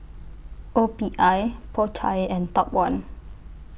O P I Po Chai and Top one